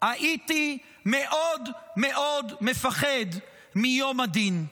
הייתי מאוד מאוד מפחד מיום הדין.